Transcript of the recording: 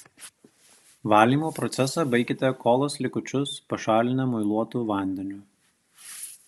valymo procesą baikite kolos likučius pašalinę muiluotu vandeniu